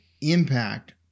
impact